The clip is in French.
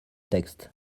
texte